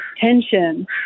tension